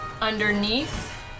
underneath